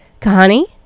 Kahani